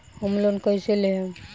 Home loan कैसे लेहम?